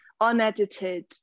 unedited